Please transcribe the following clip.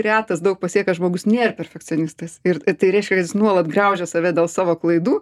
retas daug pasiekęs žmogus nėr perfekcionistas ir tai reiškia kad jis nuolat graužia save dėl savo klaidų